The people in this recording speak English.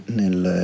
nel